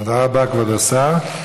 תודה רבה, כבוד השר.